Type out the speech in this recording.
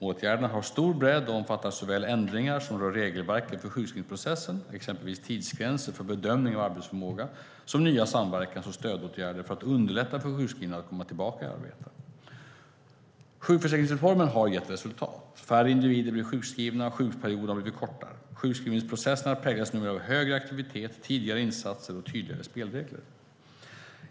Åtgärderna har stor bredd och omfattar såväl ändringar som rör regelverket för sjukskrivningsprocessen, exempelvis tidsgränser för bedömning av arbetsförmåga, som nya samverkans och stödåtgärder för att underlätta för sjukskrivna att komma tillbaka i arbete. Sjukförsäkringsreformen har gett resultat. Färre individer blir sjukskrivna och sjukperioderna har blivit kortare. Sjukskrivningsprocessen präglas numera av högre aktivitet, tidigare insatser och tydligare spelregler.